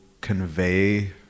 convey